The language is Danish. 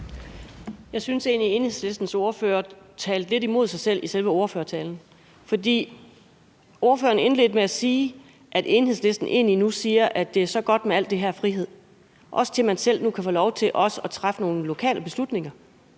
Jeg synes egentlig, Enhedslistens ordfører talte lidt imod sig selv i selve ordførertalen, for ordføreren indledte med at sige, at Enhedslisten egentlig siger, at det er så godt med al den her frihed, også til at man selv nu kan få lov til at træffe nogle lokale beslutninger.